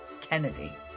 Kennedy